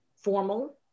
formal